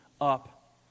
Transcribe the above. up